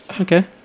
Okay